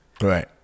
Right